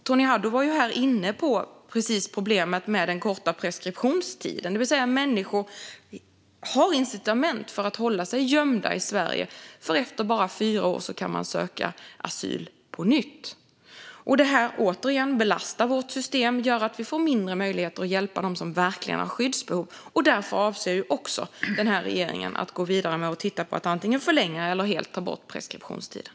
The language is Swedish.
Tony Haddou var inne på problemet med den korta preskriptionstiden, det vill säga att människor har incitament för att hålla sig gömda i Sverige därför att man efter bara fyra år kan söka asyl på nytt. Återigen belastar detta vårt system och gör att vi får mindre möjligheter att hjälpa dem som verkligen har skyddsbehov. Därför avser regeringen att gå vidare med och titta på att antingen förlänga eller helt ta bort preskriptionstiden.